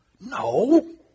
No